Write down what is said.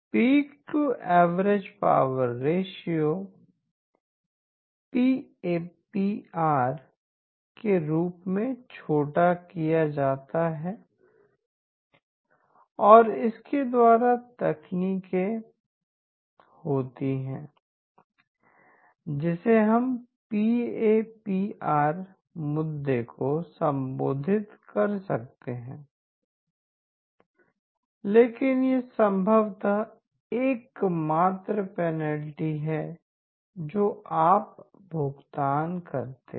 pick to average power ratio को P A P R के रूप में छोटा किया जाता है और इसके द्वारा तकनीकें होती हैं जिसे हम पी ए पी आर मुद्दे को संबोधित कर सकते हैं लेकिन यह संभवतः एकमात्र पेनाल्टी है जो आप भुगतान करते हैं